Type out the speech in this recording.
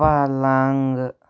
پلنٛگہٕ